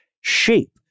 shape